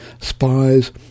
spies